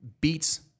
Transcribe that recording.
Beats